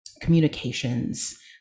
communications